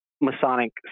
Masonic